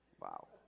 Wow